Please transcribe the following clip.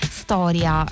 storia